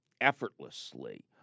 effortlessly